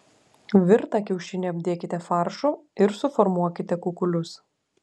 virtą kiaušinį apdėkite faršu ir suformuokite kukulius